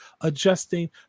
adjusting